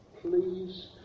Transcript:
please